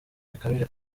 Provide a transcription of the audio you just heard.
bikabije